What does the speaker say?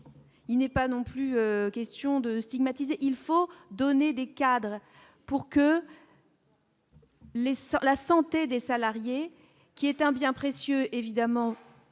Il n'est pas non plus question de stigmatiser, il faut donner des cadres pour que. La santé des salariés qui est un bien précieux, évidemment,